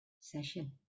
session